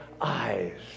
eyes